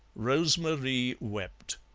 rose-marie wept.